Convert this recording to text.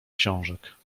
książek